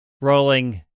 rolling